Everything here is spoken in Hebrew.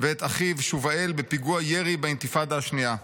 ואת אחיו שובאל בפיגוע ירי באינתיפאדה השנייה.